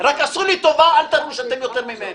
רק עשו לי טובה, אל תראו שאתם יותר ממני.